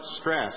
stress